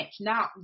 now